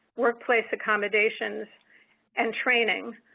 workplace accommodations and trainings.